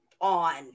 on